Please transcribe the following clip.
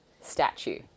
statue